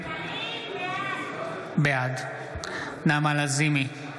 בעד נעמה לזימי,